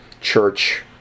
church